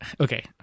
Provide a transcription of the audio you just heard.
Okay